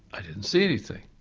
i didn't see anything.